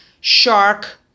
Shark